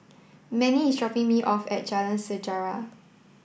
Mannie is dropping me off at Jalan Sejarah